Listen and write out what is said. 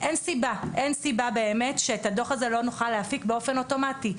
אין סיבה באמת שאת הדוח הזה לא נוכל להפיק באופן אוטומטי.